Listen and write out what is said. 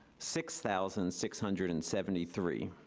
six thousand six hundred and seventy three.